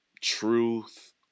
truth